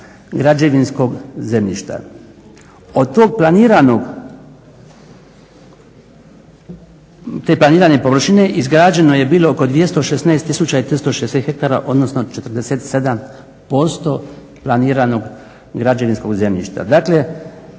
građevinskog zemljišta. Od tog planiranog, te planirane površine izgrađeno je bilo oko 216 360 hektara, odnosno 47% planiranog građevinskog zemljišta. Dakle,